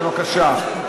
בבקשה.